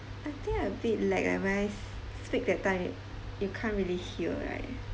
I think I've a bit lag like when I speak that time you can't really here right